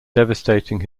devastating